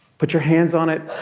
put your hands on it,